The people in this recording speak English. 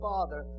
Father